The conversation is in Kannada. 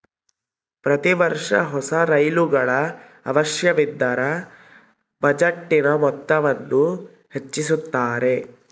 ಪ್ರತಿ ವರ್ಷ ಹೊಸ ರೈಲುಗಳ ಅವಶ್ಯವಿದ್ದರ ಬಜೆಟಿನ ಮೊತ್ತವನ್ನು ಹೆಚ್ಚಿಸುತ್ತಾರೆ